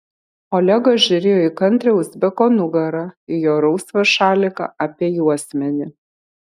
olegas žiūrėjo į kantrią uzbeko nugarą į jo rausvą šaliką apie juosmenį